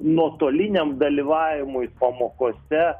nuotoliniam dalyvavimui pamokose